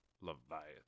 leviathan